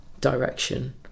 direction